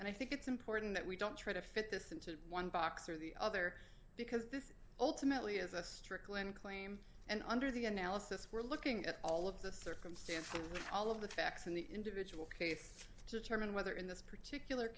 and i think it's important that we don't try to fit this into one box or the other because this ultimately is a strickland claim and under the analysis we're looking at all of the circumstances all of the facts in the individual case to determine whether in this particular